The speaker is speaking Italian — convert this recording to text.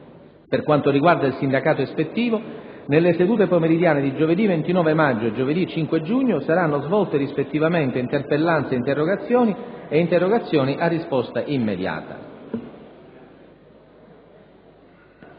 Per quanto riguarda il sindacato ispettivo, nelle sedute pomeridiane di giovedì 29 maggio e giovedì 5 giugno saranno svolte rispettivamente interpellanze e interrogazioni e interrogazioni a risposta immediata.